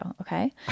okay